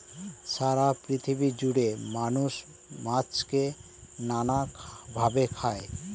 সারা পৃথিবী জুড়ে মানুষ মাছকে নানা ভাবে খায়